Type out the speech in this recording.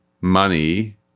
money